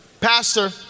Pastor